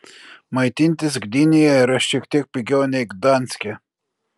maitintis gdynėje yra šiek tiek pigiau nei gdanske